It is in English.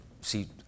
see